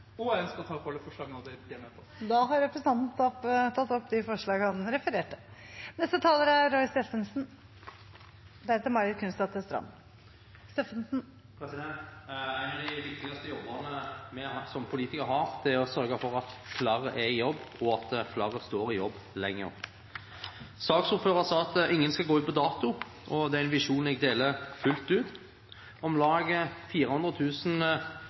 ambisjoner. Jeg tar opp de forslagene Arbeiderpartiet har satt fram alene eller sammen med andre. Representanten Martin Henriksen har tatt opp de forslagene han refererte til. En av de viktigste jobbene vi som politikere har, er å sørge for at flere er i jobb, og at flere står i jobb lenger. Saksordføreren sa at ingen skal gå ut på dato, og det er en visjon jeg deler fullt ut. Om lag